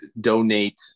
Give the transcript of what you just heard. donate